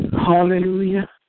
Hallelujah